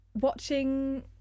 watching